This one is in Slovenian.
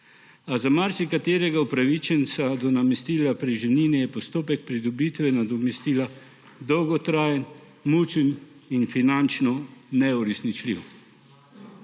A za marsikaterega upravičenca do nadomestila preživnine je postopek pridobitve nadomestila dolgotrajen, mučen in finančno neuresničljiv.